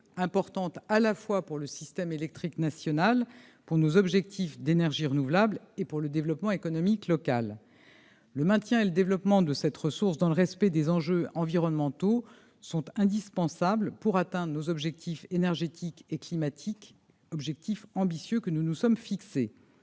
importante à la fois pour le système électrique national, pour l'atteinte de nos objectifs d'énergies renouvelables et pour le développement économique local. Le maintien et le développement de cette ressource dans le respect des enjeux environnementaux sont indispensables pour atteindre les objectifs énergétiques et climatiques ambitieux que nous nous sommes fixés.